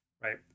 right